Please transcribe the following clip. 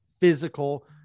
physical